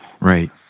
right